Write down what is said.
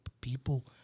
people